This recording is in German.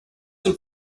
zum